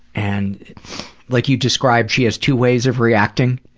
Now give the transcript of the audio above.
and like you described she has two ways of reacting,